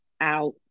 out